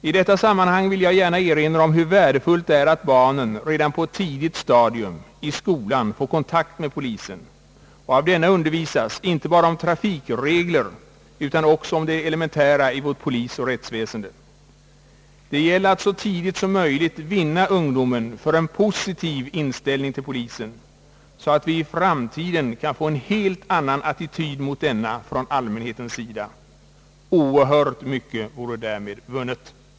I detta sammanhang vill jag gärna erinra om hur värdefullt det är att barnen redan på ett tidigt stadium, i skolan, får kontakt med polisen och av den undervisas inte bara om trafikregler utan också om det elementära i vårt polisoch rättsväsende. Det gäller att så tidigt som möjligt vinna ungdomen för en positiv inställning till polisen, så att vi i framtiden kan få en helt annan attityd till polisen från allmän hetens sida. Oerhört mycket vore därmed vunnet.